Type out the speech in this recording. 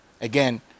Again